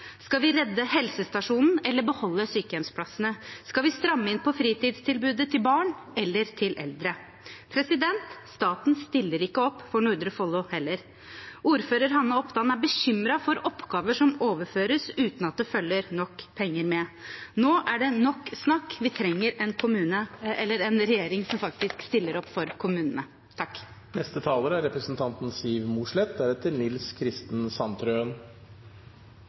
Skal vi redde helsestasjonen eller beholde sykehjemsplassene? Skal vi stramme inn på fritidstilbudet til barn eller til eldre? Staten stiller ikke opp for Nordre Follo heller. Ordfører Hanne Opdan er bekymret for oppgaver som overføres uten at det følger nok penger med. Nå er det nok snakk. Vi trenger en regjering som faktisk stiller opp for kommunene.